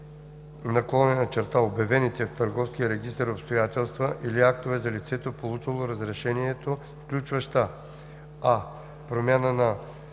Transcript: на вписаните/обявените в търговския регистър обстоятелства или актове за лицето, получило разрешението, включваща: а) промяна на